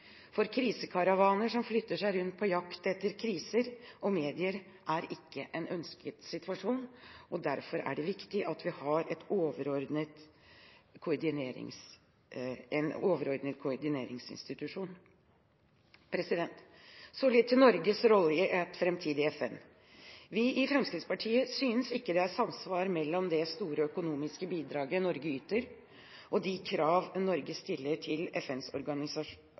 for å styre. Krisekaravaner som flytter rundt på jakt etter kriser og medier, er ikke en ønsket situasjon. Derfor er det viktig at vi har en overordnet koordineringsinstitusjon. Så litt om Norges rolle i et framtidig FN. Vi i Fremskrittspartiet synes ikke det er samsvar mellom det store økonomiske bidraget Norge yter, og de krav Norge stiller til